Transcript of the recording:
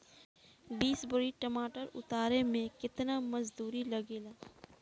बीस बोरी टमाटर उतारे मे केतना मजदुरी लगेगा?